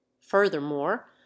furthermore